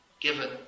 given